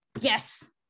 yes